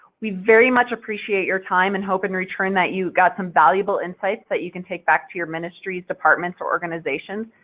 we very much appreciate your time and hope in return that you got some valuable insights that you can take back to your ministries, departments, or organizations.